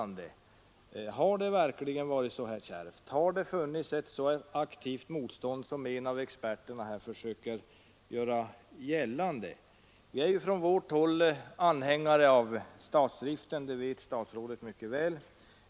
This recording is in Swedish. Har det verkligen varit så här kärvt? Har det funnits ett så aktivt motstånd som en av experterna här försöker göra gällande? Vi är från vårt håll anhängare av statsdriften — det vet statsrådet Nr 42 mycket väl.